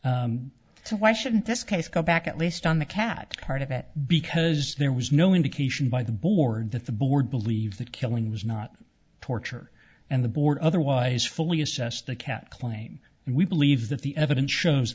so why shouldn't this case go back at least on the cat part of it because there was no indication by the board that the board believed that killing was not torture and the board otherwise fully assessed the cat claim and we believe that the evidence shows